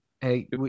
Hey